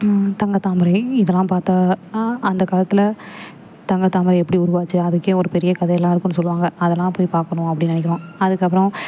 தங்கத்தாமரை இதெல்லாம் பார்த்தா அந்த காலத்தில் தங்கத்தாமரை எப்படி உருவாச்சு அதுக்கே ஒரு பெரிய கதையெல்லாம் இருக்குதுன்னு சொல்லுவாங்க அதெல்லாம் போய் பார்க்கணும் அப்படின்னு நினக்கிறோம் அதுக்கப்புறம்